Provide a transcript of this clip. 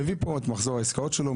מביאים פה את מחזור העסקאות שלו,